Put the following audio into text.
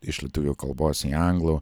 iš lietuvių kalbos į anglų